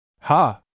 Ha